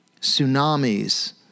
tsunamis